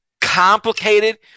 complicated